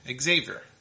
Xavier